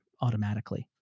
automatically